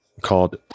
called